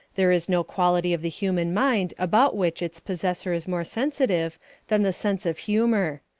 there is no quality of the human mind about which its possessor is more sensitive than the sense of humour.